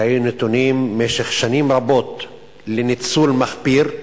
שהיו נתונים במשך שנים רבות לניצול מחפיר.